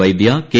Vaidya K